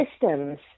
systems